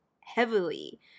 heavily